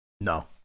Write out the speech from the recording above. No